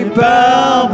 bow